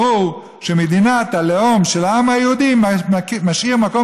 ברור ש"מדינת הלאום של העם היהודי" משאיר מקום